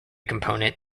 component